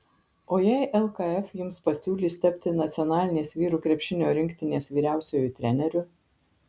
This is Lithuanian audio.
o jei lkf jums pasiūlys tapti nacionalinės vyrų krepšinio rinktinės vyriausiuoju treneriu